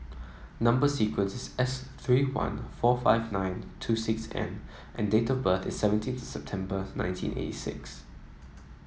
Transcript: number sequence is S three one four five nine two six N and and date of birth is seventeen September nineteen eighty six